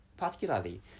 particularly